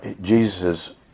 Jesus